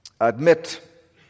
admit